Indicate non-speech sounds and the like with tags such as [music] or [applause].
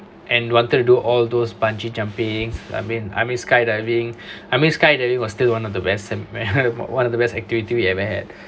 and wanted to do all those bungee jumping I mean I mean skydiving [breath] I mean skydiving was still one of the best [laughs] and one of the best activity we ever had